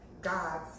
God's